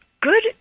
good